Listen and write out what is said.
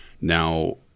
Now